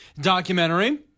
documentary